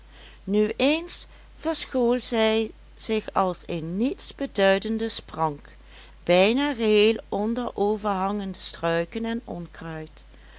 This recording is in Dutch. nu eens verschool zij zich als een nietsbeduidende sprank bijna geheel onder overhangende struiken en onkruid